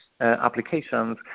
applications